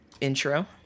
Intro